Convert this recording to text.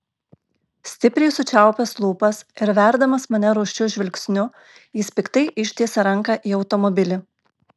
stipriai sučiaupęs lūpas ir verdamas mane rūsčiu žvilgsniu jis piktai ištiesia ranką į automobilį